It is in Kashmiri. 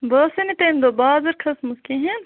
بہٕ ٲسیٚے نہٕ تمہ دۄہ بازَر کھٔژمٕژ کِہیٖنۍ